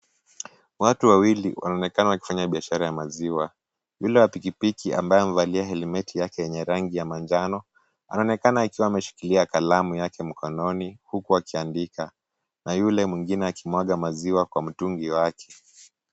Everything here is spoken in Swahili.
Watu wawili wanaonekana wakifanya biashara ya maziwa. Yule wa pikipiki ambao amevalia helmeti yake yenye rangi ya manjano anaonekana akiwa ameshikilia kalamu yake mkononi huku akiandika. Na yule mwingine akimwaga maziwa kwa mtungi wake.